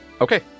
okay